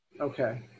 Okay